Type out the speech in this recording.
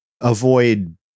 avoid